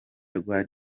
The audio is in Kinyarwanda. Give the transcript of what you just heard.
rwa